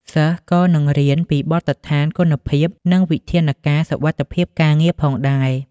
សិស្សក៏នឹងរៀនពីបទដ្ឋានគុណភាពនិងវិធានការសុវត្ថិភាពការងារផងដែរ។